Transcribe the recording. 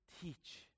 teach